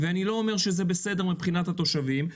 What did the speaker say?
אני לא אומר שזה בסדר מבחינת התושבים.